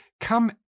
come